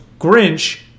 Grinch